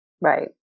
Right